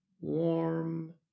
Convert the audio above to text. warm